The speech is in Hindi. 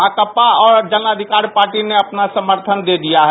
भाकपा और जन अधिकार पार्टी ने उन्हे समर्थन दिया है